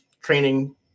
training